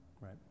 right